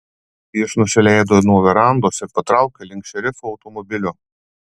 jis nusileido nuo verandos ir patraukė link šerifo automobilio